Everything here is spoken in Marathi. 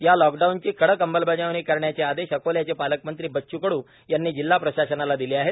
या लॉकडाऊनची कडक अंमलबजावणी करण्याचा आदेश अकोल्याचे पालकमंत्री बच्चू कडू यांनी जिल्हा प्रशासनाला दिले आहेत